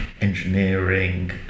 engineering